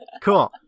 Cool